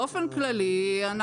באופן כללי.